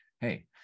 hey